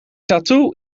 tattoo